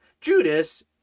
judas